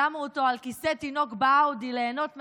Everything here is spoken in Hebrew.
שמו אותו על כיסא תינוק באאודי ליהנות מהנוף,